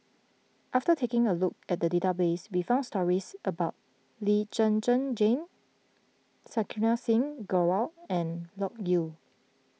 after taking a look at the database we found stories about Lee Zhen Zhen Jane Santokh Singh Grewal and Loke Yew